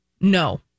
No